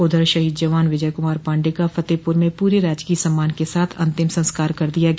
उधर शहीद जवान विजय कुमार पाण्डेय का फतेहपुर में पूरे राजकीय सम्मान के साथ अंतिम संस्कार कर दिया गया